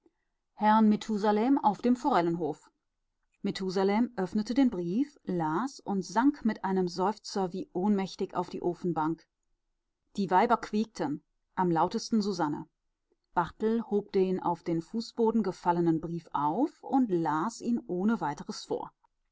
herrn methusalem auf dem forellenhof methusalem öffnete den brief las und sank mit einem seufzer wie ohnmächtig auf die ofenbank die weiber quiekten am lautesten susanne barthel hob den auf den fußboden gefallenen brief auf und las ihn ohne weiteres vor